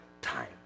time